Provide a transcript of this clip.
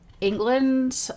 England